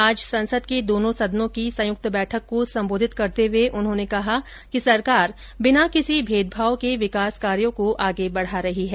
आज संसद के दोनो सदनों की संयुक्त बैठक को संबोधित करते हुए उन्होंने कहा कि सरकार बिना किसी भेदभाव के विकास कार्यो को आगे बढा रही है